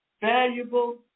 valuable